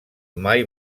mai